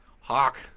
Hawk